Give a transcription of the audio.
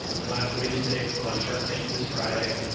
and last, let me just say, i'm on shark tank this friday,